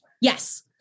Yes